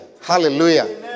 hallelujah